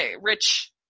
rich